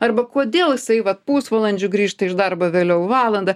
arba kodėl jisai vat pusvalandžiu grįžta iš darbo vėliau valanda